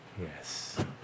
Yes